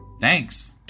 Thanks